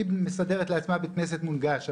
היא מסדרת לעצמה בית כנסת מונגש.